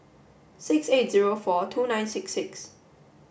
six eight zero four two nine six six